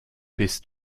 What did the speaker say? bist